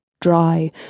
dry